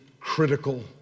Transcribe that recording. critical